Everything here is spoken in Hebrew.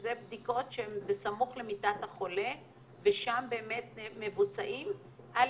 שזה בדיקות שהן בסמוך למיטת החולה ושם הן מבוצעות על